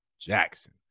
Jackson